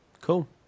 Cool